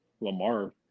Lamar